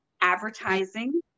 advertising